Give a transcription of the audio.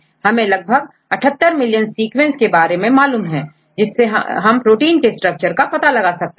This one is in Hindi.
हमें लगभग 78 मिलियन सीक्वेंस मालूम है जिनसे हम प्रोटीन के स्ट्रक्चर को पता कर सकते हैं